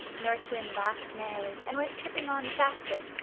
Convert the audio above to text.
north wind laughed merrily, and went tripping on faster.